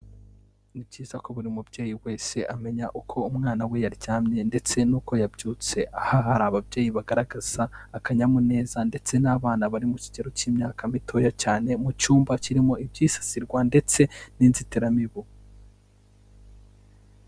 Ni byiza ko buri mubyeyi wese amenya uko umwana we yaryamye ndetse n'uko yabyutse, aha hari ababyeyi bagaragaza akanyamuneza ndetse n'abana bari mu kigero cy'imyaka mitoya cyane, mu cyumba kirimo ibyisasirwa ndetse n'inzitiramibu.